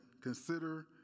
consider